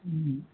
ओ